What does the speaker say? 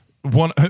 one